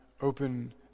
open